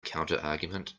counterargument